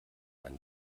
einen